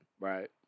Right